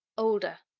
older.